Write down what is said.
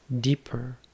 Deeper